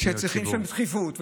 זה כלי חשוב מאוד לעבודה.